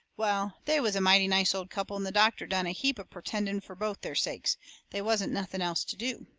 well, they was a mighty nice old couple, and the doctor done a heap of pertending fur both their sakes they wasn't nothing else to do.